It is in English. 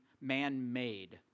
man-made